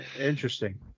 interesting